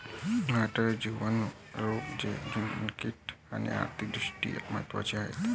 महत्त्वाचे जिवाणू रोग जे झुनोटिक आणि आर्थिक दृष्ट्या महत्वाचे आहेत